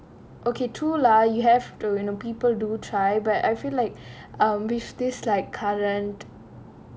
true okay true lah you have to you know people do try but I feel like um with this liike current